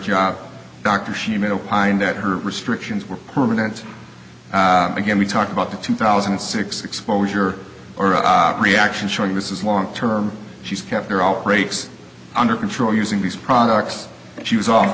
job doctor she made a pint at her restrictions were permanent again we talk about the two thousand and six exposure or a reaction showing this is long term she's kept her outbreaks under control using these products and she was off